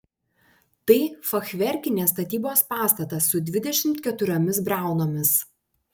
tai fachverkinės statybos pastatas su dvidešimt keturiomis briaunomis